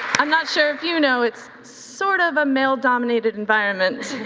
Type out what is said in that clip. i'm not sure if you know, it's sort of a male dominated environment.